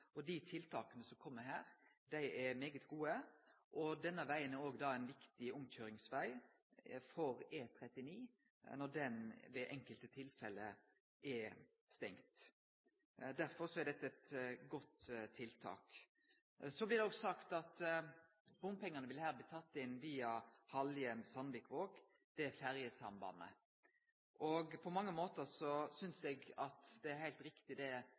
forfatning. Dei tiltaka som kjem her, er svært gode, og denne vegen er òg ein viktig omkøyringsveg for E39 når den ved enkelte tilfelle er stengt. Derfor er dette eit godt tiltak. Så blir det òg sagt at bompengane vil her bli tatt inn via ferjesambandet Halhjem–Sandvikvåg. På mange måtar synest eg det er heilt riktig som saksordføraren seier, det er